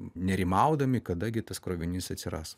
nerimaudami kada gi tas krovinys atsiras